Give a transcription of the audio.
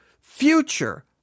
future